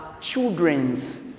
children's